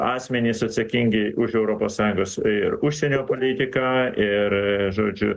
asmenys atsakingi už europos sąjungos ir užsienio politiką ir žodžiu